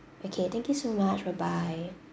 okay thank you so much bye bye